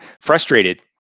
frustrated